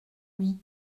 lui